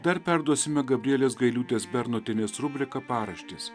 dar perduosime gabrielės gailiūtės bernotienės rubriką paraštės